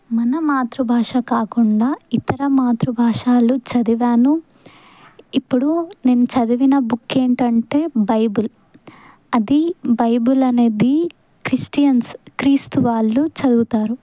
మన మాతృభాష కాకుండా ఇతర మాతృభాషలు చదివాను ఇప్పుడు నేను చదివిన బుక్ ఏంటంటే బైబిల్ అది బైబిల్ అనేది క్రిస్టియన్స్ క్రీస్తు వాళ్ళు చదువుతారు